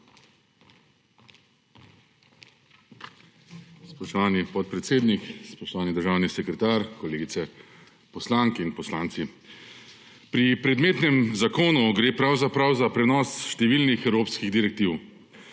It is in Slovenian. Spoštovani podpredsednik, spoštovani državni sekretar, kolegice poslanke in poslanci! Pri predmetnem zakonu gre pravzaprav za prenos številnih evropskih direktiv.